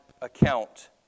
account